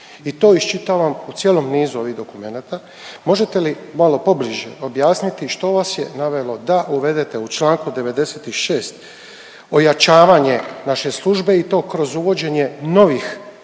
i to iščitavam u cijelom nizu ovih dokumenata. Možete li malo pobliže objasniti što vas je navelo da uvedete u čl. 96 ojačavanje naše službe i to kroz uvođenje novih